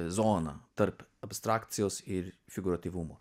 zoną tarp abstrakcijos ir figūratyvumo